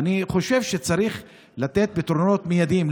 אני חושב שצריך לתת פתרונות מיידיים,